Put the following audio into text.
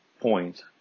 point